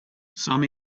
some